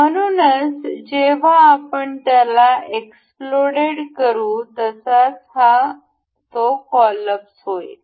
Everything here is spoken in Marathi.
म्हणूनच जेव्हा आपण त्याला एक्सप्लोड करू तसाच तो कॉलएप्स होईल